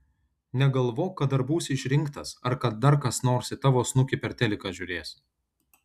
negalvok kad dar būsi išrinktas ar kad dar kas nors į tavo snukį per teliką žiūrės